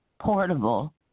portable